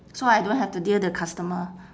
so I don't have to deal the customer